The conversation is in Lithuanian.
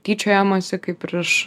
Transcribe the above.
tyčiojamasi kaip ir iš